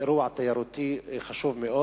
אירוע תיירותי חשוב מאוד?